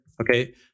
okay